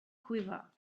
quiver